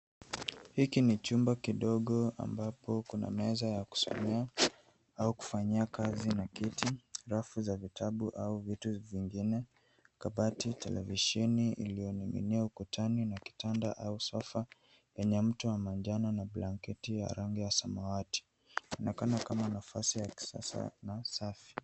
Hiki ni chumba kidogo ambapo kuna meza ya kusomea, au kufanyia kazi na kiti, rafu za vitabu au vitu vingine, kabati, televisheni iliyoning'inia ukutani na kitanda au sofa, yenye mto wa manjano na blanketi ya rangi ya samawati. Inaonekana kama nafasi ya kisasa na safi.